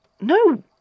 No